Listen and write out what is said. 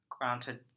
granted